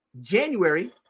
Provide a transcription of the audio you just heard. January